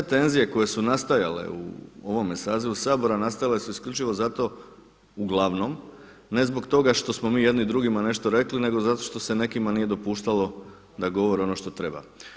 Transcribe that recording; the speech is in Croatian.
Sve tenzije koje su nastajale u ovome sazivu Sabora nastale su isključivo zato uglavnom ne zbog toga što smo mi jedni drugima nešto rekli, nego zato što se nekima nije dopuštalo da govori ono što treba.